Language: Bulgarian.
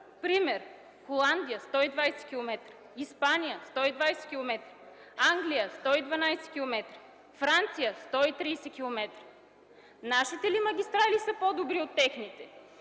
Пример: Холандия – 120 км, Испания – 120 км, Англия – 112 км, Франция – 130 км. Нашите ли магистрали са по-добре от техните?